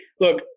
look